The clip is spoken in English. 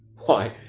why,